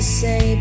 say